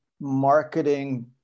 marketing